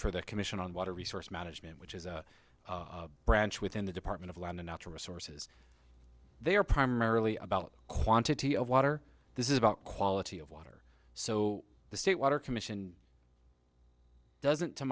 for the commission on water resource management which is a branch within the department of land and natural resources they are primarily about quantity of water this is about quality of water so the state water commission doesn't to